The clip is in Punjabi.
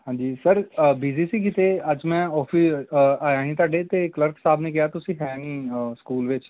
ਹਾਂਜੀ ਸਰ ਬਿਜ਼ੀ ਸੀ ਕਿਤੇ ਅੱਜ ਮੈਂ ਔਫਿਸ ਆਇਆ ਸੀ ਤੁਹਾਡੇ ਅਤੇ ਕਲਰਕ ਸਾਹਿਬ ਨੇ ਕਿਹਾ ਤੁਸੀਂ ਹੈ ਨਹੀਂ ਸਕੂਲ ਵਿੱਚ